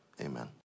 amen